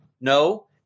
no